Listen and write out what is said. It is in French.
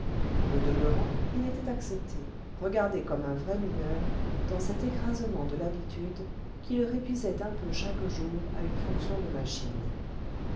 au demeurant il était accepté regardé comme un vrai mineur dans cet écrasement de l'habitude qui le réduisait un peu chaque jour à une fonction de machine